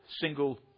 single